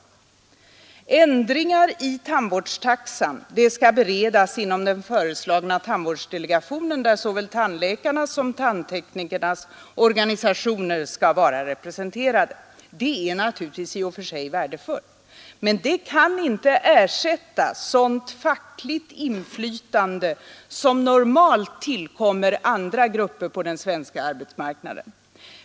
Ändringar i tandvårdstaxan skall beredas inom den föreslagna tandvårdsdelegationen, där såväl tandläkarnas som tandteknikernas organisationer skall vara representerade. Det är naturligtvis något i och för sig värdefullt. Men det kan inte ersätta det fackliga inflytande som normalt tillkommer andra grupper på den svenska arbetsmarknaden.